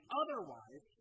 otherwise